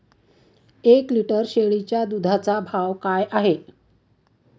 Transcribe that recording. एक लिटर शेळीच्या दुधाचा भाव काय आहे?